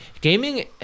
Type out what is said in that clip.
Gaming